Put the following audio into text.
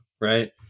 right